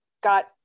got